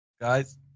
guys